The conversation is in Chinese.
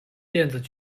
电子